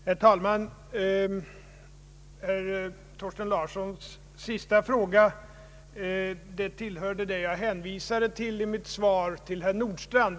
Herr talman! Herr Thorsten Larssons senaste fråga tillhör det jag hänvisade till i mitt svar till herr Nordstrandh.